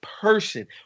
person